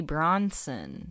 Bronson